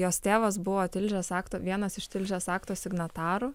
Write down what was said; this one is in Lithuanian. jos tėvas buvo tilžės akto vienas iš tilžės akto signatarų